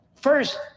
first